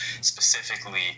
specifically